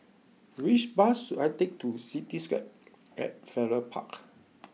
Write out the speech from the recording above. which bus should I take to Cityscape at Farrer Park